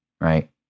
Right